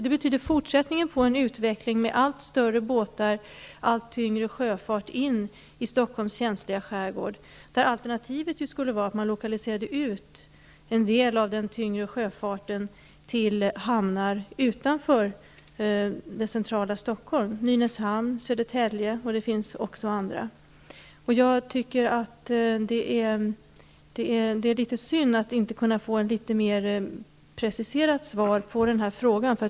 Det betyder fortsättningen på en utveckling med allt större båtar och allt tyngre sjöfart in i Stockholms känsliga skärgård. Alternativet skulle vara att man lokaliserade ut en del av den tyngre sjöfarten till hamnar utanför centrala Stockholm -- till Nynäshamn, Södertälje eller andra hamnar. Det är synd att vi inte kan få ett mer preciserat svar på denna fråga.